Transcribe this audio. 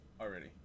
already